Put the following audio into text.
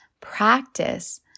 practice